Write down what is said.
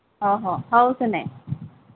ଅଃ ହଉ ସେନେ